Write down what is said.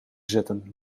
zetten